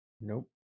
Nope